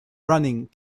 running